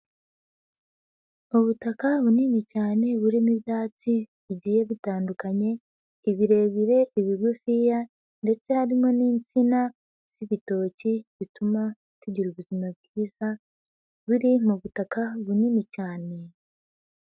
Ubutaka bunini cyane burimo ibyatsi bigiye bitandukanye, ibirebire, ibigufiya ndetse harimo n'insina z'ibitoki bituma tugira ubuzima bwiza, biri mu butaka bunini cyane.